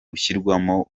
gushyirwamo